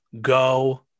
go